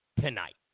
tonight